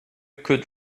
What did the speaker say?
could